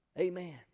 Amen